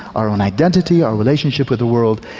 our own identity, our relationship with the world.